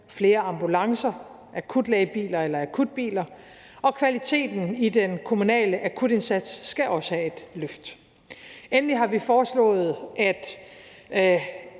flere ambulancer, akutlægebiler eller akutbiler. Og kvaliteten i den kommunale akutindsats skal også have et løft. Endelig har vi foreslået, at